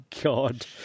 God